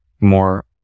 more